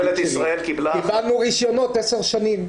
קיבלנו רישיונות עשר שנים.